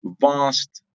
vast